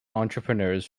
entrepreneurs